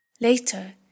Later